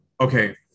Okay